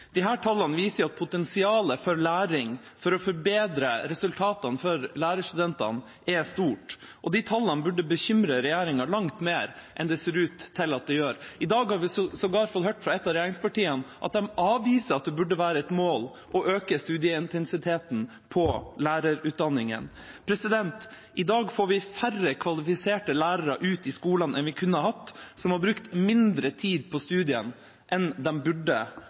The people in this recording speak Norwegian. tallene viser at potensialet for læring, for å forbedre resultatene for lærerstudentene, er stort, og de tallene burde bekymre regjeringa langt mer enn det ser ut til at de gjør. I dag har vi sågar hørt fra et av regjeringspartiene at de avviser at det burde være et mål å øke studieintensiteten på lærerutdanningene. I dag får vi færre kvalifiserte lærere ut i skolen enn vi kunne hatt, som har brukt mindre tid på studiene enn de burde